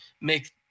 make